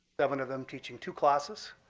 seven of them teaching two classes.